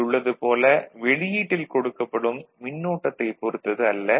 ல் உள்ளது போல் வெளியீட்டில் கொடுக்கப்படும் மின்னோட்டத்தைப் பொறுத்தது அல்ல